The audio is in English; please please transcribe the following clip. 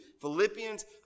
Philippians